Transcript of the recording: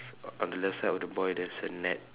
on the left side of the boy there's a net